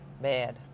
Bad